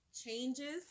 changes